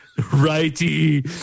righty